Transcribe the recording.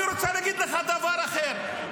אני רוצה להגיד לך דבר אחר,